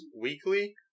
weekly